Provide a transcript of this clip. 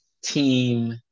team